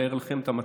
לתאר לכם את המצב,